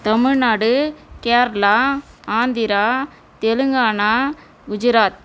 Tamil Nadu Kerala Andhra Telangana Gujarat